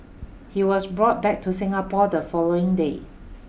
he was brought back to Singapore the following day